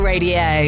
Radio